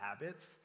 habits